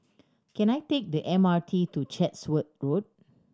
can I take the M R T to Chatsworth Road